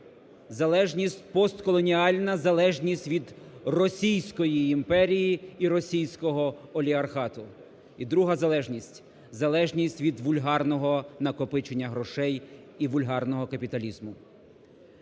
залежність постколоніальна, залежність від Російської Імперії і російського олігархату. І друга залежність – залежність від вульгарного накопичення грошей і вульгарного капіталізму.